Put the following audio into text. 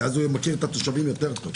כי אז הוא מכיר את התושבים טוב יותר.